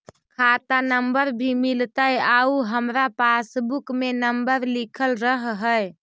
खाता नंबर भी मिलतै आउ हमरा पासबुक में नंबर लिखल रह है?